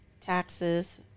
taxes